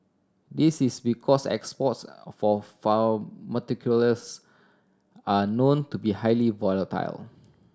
this is because exports for pharmaceuticals are known to be highly volatile